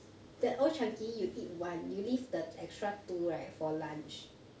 that old chang kee you eat one you leave the extra two right for lunch